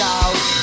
out